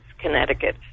Connecticut